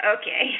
Okay